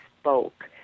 spoke